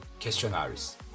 Questionnaires